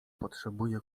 potrzebuje